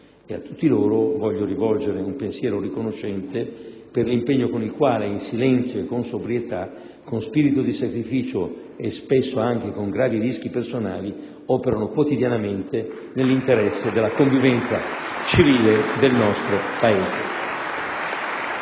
a tutti loro voglio rivolgere un pensiero riconoscente per l'impegno con il quale in silenzio e con sobrietà, con spirito di sacrificio e spesso anche con gravi rischi personali, operano quotidianamente nell'interesse della convivenza civile del nostro Paese.